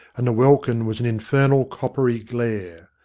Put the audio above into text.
and the welkin was an infernal coppery glare.